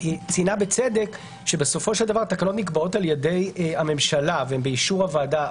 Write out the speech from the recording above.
ציינה בצדק שבסופו של דבר תקנות נקבעות בידי הממשלה ובאישור הוועדה.